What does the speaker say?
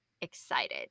excited